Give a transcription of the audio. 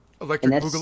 Electric